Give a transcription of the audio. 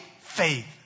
faith